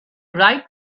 right